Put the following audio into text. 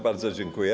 Bardzo dziękuję.